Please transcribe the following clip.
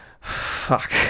Fuck